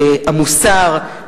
המוסר,